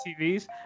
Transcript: TVs